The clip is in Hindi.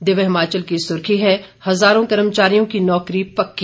दिव्य हिमाचल की सुर्खी है हजारों कर्मचारियों की नौकरी पक्की